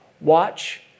Watch